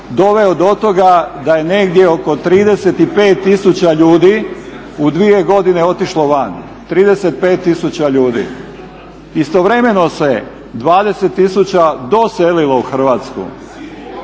doveo do toga da je negdje oko 35 tisuća ljudi u 2 godine otišlo van. Istovremeno se 20 tisuća doselilo u Hrvatsku.